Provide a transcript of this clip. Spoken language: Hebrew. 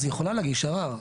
אז היא יכולה להגיש ערר.